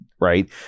Right